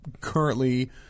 currently